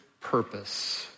purpose